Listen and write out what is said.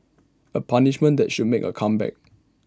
A punishment that should make A comeback